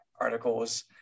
articles